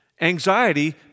Anxiety